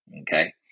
Okay